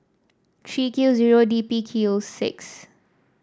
three Q zero D B Q six